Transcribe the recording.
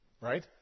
Right